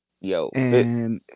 Yo